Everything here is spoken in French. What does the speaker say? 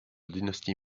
dynastie